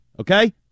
Okay